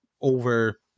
over